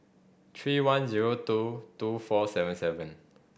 three one zero two two four seven seven